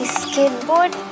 skateboard